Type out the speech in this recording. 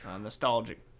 Nostalgic